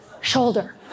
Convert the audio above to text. Shoulder